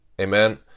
Amen